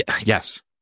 Yes